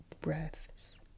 breaths